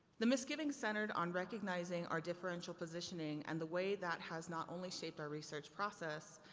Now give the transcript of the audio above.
the misgivings centered on recognizing our differential positioning and the way that has not only shaped our research process,